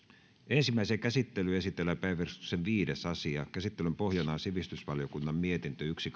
ensimmäiseen käsittelyyn esitellään päiväjärjestyksen viides asia käsittelyn pohjana on sivistysvaliokunnan mietintö yksi